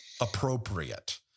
appropriate